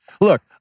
Look